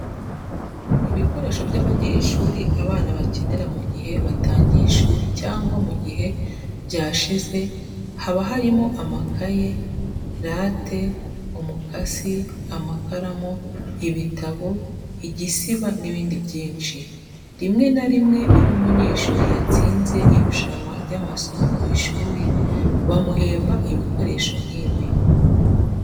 Ibikoresho by'abanyeshuri abana bakenera mu gihe batangiye ishuri cyangwa mu gihe byashize, haba harimo amakayi, rate, umukasi, amakaramu, ibitabo, igisiba n'ibindi byinshi. Rimwe na rimwe iyo umunyeshuri yatsinze irushanwa ry'amasomo ku ishuri bamuhemba ibikoresho nk'ibi.